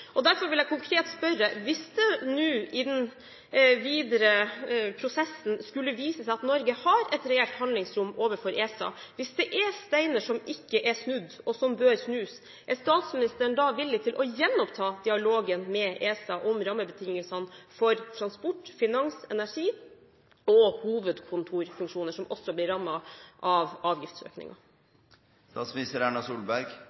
Derfor vil jeg konkret spørre: Hvis det nå i den videre prosessen skulle vise seg at Norge har et reelt handlingsrom overfor ESA – hvis det er steiner som er ikke er snudd, og som bør snus – er statsministeren da villig til å gjenoppta dialogen med ESA om rammebetingelsene for transport, finans og energi og for hovedkontorfunksjoner som også blir rammet av avgiftsøkninger?